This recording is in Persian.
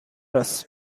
است